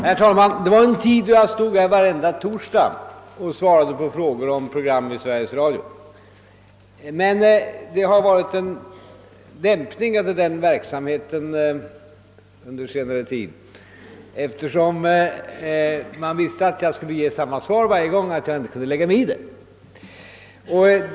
Herr talman! Det fanns en tid då jag stod här varje torsdag och svarade på frågor om program i Sveriges Radio. Det har emellertid blivit en dämpning av denna verksamhet under senare tid, eftersom man visste att jag skulle ge samma svar varje gång, nämligen att jag inte kan lägga mig i dessa program.